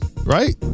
right